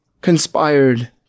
conspired